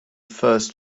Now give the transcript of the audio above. first